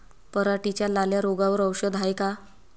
पराटीच्या लाल्या रोगावर औषध हाये का?